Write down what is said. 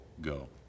go